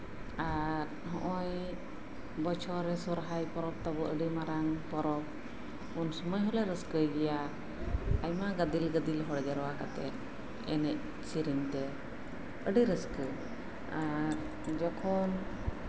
ᱟᱨ ᱱᱚᱜᱚᱭ ᱵᱚᱪᱷᱚᱨ ᱨᱮ ᱥᱚᱨᱦᱟᱭ ᱯᱚᱨᱚᱵᱽ ᱛᱟᱵᱚᱱ ᱟᱹᱰᱤ ᱢᱟᱨᱟᱝ ᱯᱚᱨᱚᱵᱽ ᱩᱱ ᱥᱚᱢᱚᱭ ᱦᱚᱞᱮ ᱨᱟᱹᱥᱠᱟᱹᱭ ᱜᱮᱭᱟ ᱟᱭᱢᱟ ᱜᱟᱫᱮᱞ ᱜᱟᱫᱮᱞ ᱦᱚᱲ ᱡᱟᱣᱨᱟ ᱠᱟᱛᱮᱜ ᱮᱱᱮᱡ ᱥᱮᱨᱮᱧ ᱨᱮ ᱟᱹᱰᱤ ᱨᱟᱹᱥᱠᱟᱹ ᱟᱨ ᱡᱚᱠᱷᱚᱱ